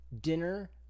dinner